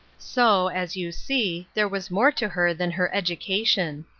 so, as you see, there was more to her than her education.